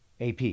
AP